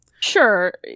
Sure